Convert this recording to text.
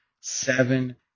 seven